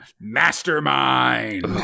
Mastermind